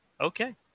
Okay